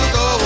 go